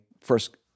first